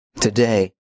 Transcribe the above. today